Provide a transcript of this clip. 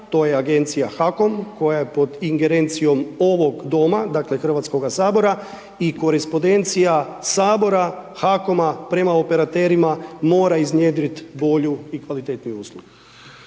to je agencija HAKOM, koja je pod ingerencijom ovog doma, dakle Hrvatskoga sabora i korespondencija Sabora, HAKOM-a prema operaterima mora iznjedriti bolju i kvalitetniju uslugu.